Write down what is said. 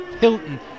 Hilton